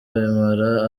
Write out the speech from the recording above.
bimara